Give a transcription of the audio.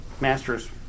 Masters